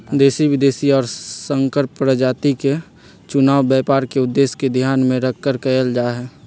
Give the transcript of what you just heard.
देशी, विदेशी और संकर प्रजाति के चुनाव व्यापार के उद्देश्य के ध्यान में रखकर कइल जाहई